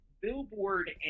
billboard